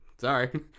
Sorry